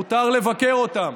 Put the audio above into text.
מותר לבקר אותם,